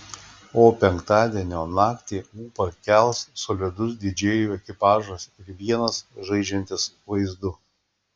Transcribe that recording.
o penktadienio naktį ūpą kels solidus didžėjų ekipažas ir vienas žaidžiantis vaizdu